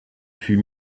fut